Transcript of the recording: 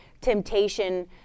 temptation